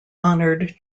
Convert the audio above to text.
honored